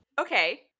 Okay